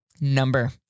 number